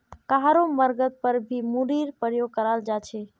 कहारो मर्गत पर भी मूरीर प्रयोग कराल जा छे